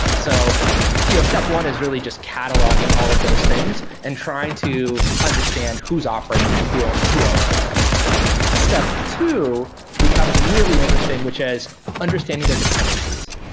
so you know step one is really just cataloging all of those things and trying to understand who's operating and who ah who owns them step two becomes really interesting, which is understanding their dependencies.